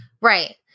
Right